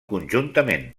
conjuntament